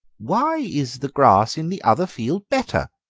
why is the grass in the other field better?